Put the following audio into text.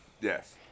Yes